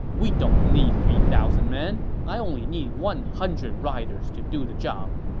we don't need three thousand men. i only need one hundred riders to do the job.